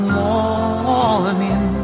morning